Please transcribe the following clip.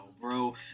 bro